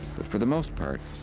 but for the most part,